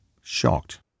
shocked